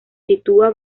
sitúa